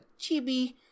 chibi